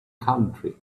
country